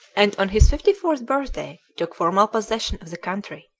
and on his fifty-fourth birthday took formal possession of the country,